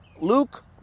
Luke